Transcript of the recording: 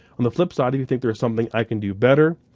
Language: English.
on the flip side if you think there is something i can do better,